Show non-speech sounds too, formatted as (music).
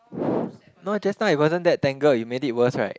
(breath) no just now it wasn't that tangled you made it worse right